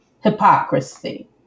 hypocrisy